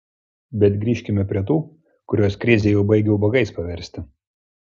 bet grįžkime prie tų kuriuos krizė jau baigia ubagais paversti